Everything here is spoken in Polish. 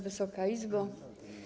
Wysoka Izbo!